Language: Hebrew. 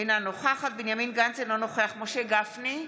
אינה נוכחת בנימין גנץ, אינו נוכח משה גפני,